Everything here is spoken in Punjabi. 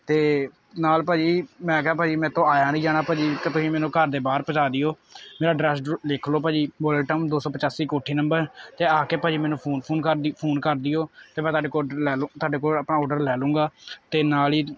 ਅਤੇ ਨਾਲ ਭਾਅ ਜੀ ਮੈਂ ਕਿਹਾ ਭਾਅ ਜੀ ਮੇਰੇ ਤੋਂ ਆਇਆ ਨਹੀਂ ਜਾਣਾ ਭਾਅ ਜੀ ਇੱਕ ਤੁਸੀਂ ਮੈਨੂੰ ਘਰ ਦੇ ਬਾਹਰ ਪਹੁੰਚਾ ਦਿਓ ਮੇਰਾ ਡਰੈਸ ਡਰੁ ਲਿਖ ਲਓ ਭਾਅ ਜੀ ਵੋਲਟਮ ਦੋ ਸੌ ਪਚਾਸੀ ਕੋਠੀ ਨੰਬਰ ਅਤੇ ਆ ਕੇ ਭਾਅ ਜੀ ਮੈਨੂੰ ਫੋਨ ਫੁਨ ਕਰ ਦੀ ਫੋਨ ਕਰ ਦਿਓ ਅਤੇ ਮੈਂ ਤੁਹਾਡੇ ਕੋਲੋਂ ਓਡਰ ਲੈ ਲੂ ਤੁਹਾਡੇ ਕੋਲੋਂ ਆਪਣਾ ਓਡਰ ਲੈ ਲਊਗਾ ਅਤੇ ਨਾਲ ਹੀ